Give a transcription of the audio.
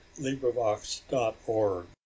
LibriVox.org